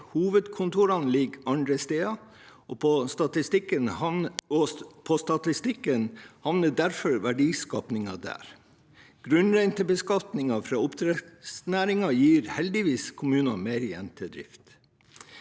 Hovedkontorene ligger andre steder, og på statistikken havner derfor verdiskapingen der. Grunnrentebeskatningen fra oppdrettsnæringen gir heldigvis kommunene mer igjen til drift.